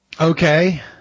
Okay